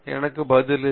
எனக்கு பதில் இல்லை